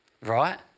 right